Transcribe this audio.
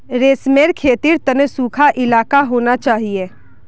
रेशमेर खेतीर तने सुखा इलाका होना चाहिए